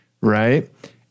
right